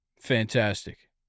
fantastic